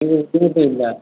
ഇത് ഇതിപ്പോൾ ഇല്ല